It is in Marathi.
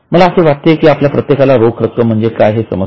मला असे वाटते की प्रत्येकाला रोख रक्कम म्हणजे काय हे समजते